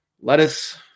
lettuce